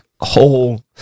whole